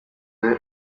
aho